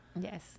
Yes